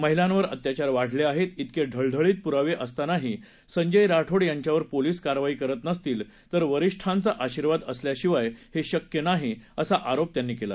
महिलांवर अत्याचार वाढले आहेत त्रिके ढळढळीत पुरावे असतानाही संजय राठोड यांच्यावर पोलीस कारवाई करत नसतील तर वरिष्ठांचा आशिर्वाद असल्याशिवाय हे शक्य नाही असा आरोप त्यांनी केला